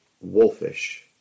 wolfish